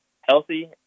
healthy